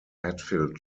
hatfield